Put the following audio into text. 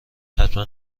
حتما